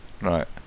Right